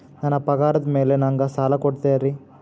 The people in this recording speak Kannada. ನನ್ನ ಪಗಾರದ್ ಮೇಲೆ ನಂಗ ಸಾಲ ಕೊಡ್ತೇರಿ?